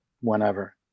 whenever